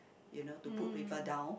you know to put people down